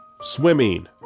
swimming